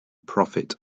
profit